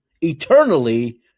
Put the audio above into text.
Eternally